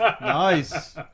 nice